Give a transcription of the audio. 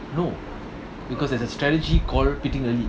no because there's a strategy called pitting early